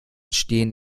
stehen